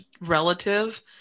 relative